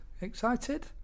Excited